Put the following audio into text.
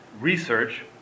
Research